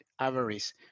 avarice